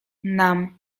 nam